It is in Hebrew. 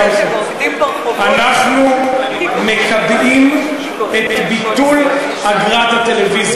אנחנו מקבעים את ביטול אגרת הטלוויזיה.